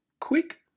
quick